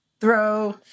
Throw